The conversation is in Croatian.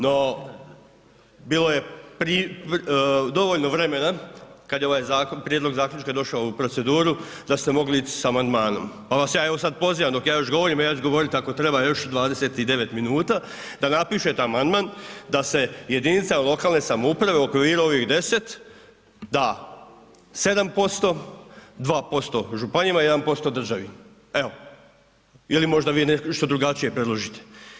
No, bilo je dovoljno vremena kad je ovaj zakon, prijedlog zaključka došao u proceduru da ste mogli ić s amandmanom, pa vas ja evo sad pozivam dok ja još govorim, a ja ću govorit ako treba još 29 minuta da napišete amandman da se jedinicama lokalne samouprave u okviru ovih 10 da 7%, 2% županijama, 1% državi, evo, je li možda vi nešto drugačije predložite.